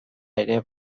ere